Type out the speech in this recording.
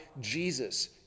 Jesus